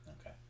Okay